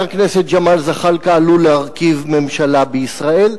הכנסת ג'מאל זחאלקה עלול להרכיב ממשלה בישראל,